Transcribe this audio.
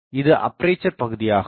இது அப்பேசர் பகுதியாகும்